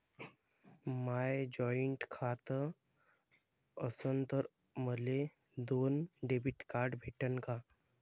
माय joint खातं असन तर मले दोन डेबिट कार्ड भेटन का?